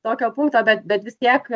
tokio punkto bet bet vis tiek